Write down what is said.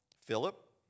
Philip